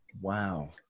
Wow